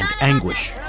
anguish